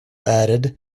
added